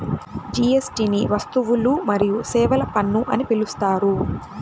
జీఎస్టీని వస్తువులు మరియు సేవల పన్ను అని పిలుస్తారు